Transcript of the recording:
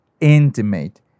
intimate